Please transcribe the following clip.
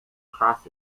process